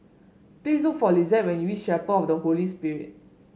please look for Lisette when you reach Chapel of the Holy Spirit